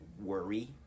worry